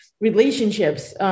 relationships